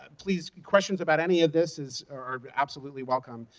ah please, questions about any of this is are absolutely welcome.